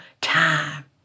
time